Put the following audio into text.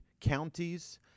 counties